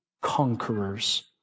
Conquerors